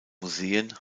museen